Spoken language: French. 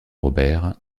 robert